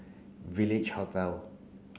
Village Hotel